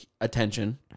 attention